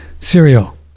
Cereal